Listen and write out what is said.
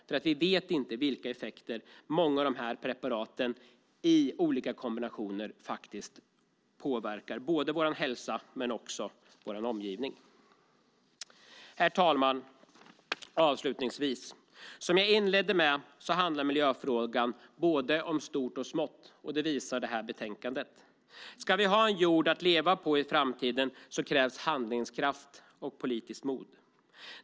Vi vet nämligen inte vilka effekter många av preparaten i olika kombinationer faktiskt har både på vår hälsa och på vår omgivning. Herr talman! Som jag inledde med handlar miljöfrågan om både stort och smått, vilket detta betänkande också visar. Ska vi i framtiden ha en jord att leva på krävs handlingskraft och politiskt mod.